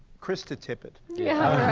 krista tippett yeah,